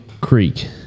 creek